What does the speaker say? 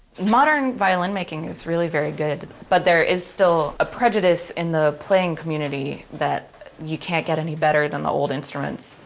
modern violin making is really very good, but there is still a prejudice in the playing community that you can't get any better than the old instruments.